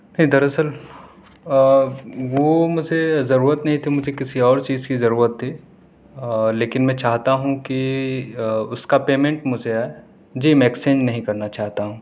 کہ در اصل وہ مجھے ضرورت نہیں تھی مجھے کسی اور چیز کی ضرورت تھی لیکن میں چاہتا ہوں کہ اس کا پیمنٹ مجھے جی میں ایکسنج نہیں کرنا چاہتا ہوں